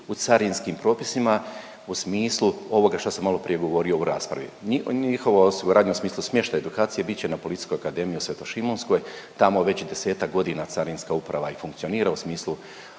u carinskim propisima u smislu ovoga što sam maloprije govorio u raspravi. Njihova, rad u smislu smještaj, edukacija bit će na Policijskoj akademiji u Svetošimunskoj. Tamo već 10-ak godina Carinska uprava i funkcionira u smislu